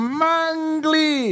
mangly